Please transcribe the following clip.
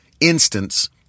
instance